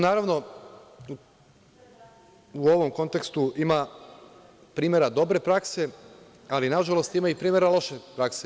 Naravno, u ovom kontekstu ima primera dobre prakse, ali nažalost ima i primera loše prakse.